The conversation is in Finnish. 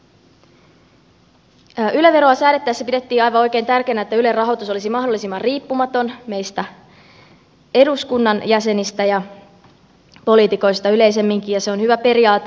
yle veroa säädettäessä pidettiin aivan oikein tärkeänä että ylen rahoitus olisi mahdollisimman riippumaton meistä eduskunnan jäsenistä ja poliitikoista yleisemminkin ja se on hyvä periaate